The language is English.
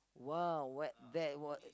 !wow! what that what